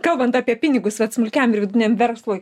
kalbant apie pinigus vat smulkiam ir vidutiniam verslui